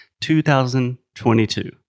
2022